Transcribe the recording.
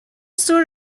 sort